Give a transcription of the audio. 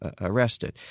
arrested